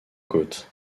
côte